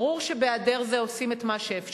ברור שבהיעדר זה עושים את מה שאפשר,